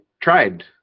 tried